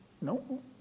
no